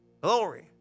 Glory